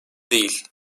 değil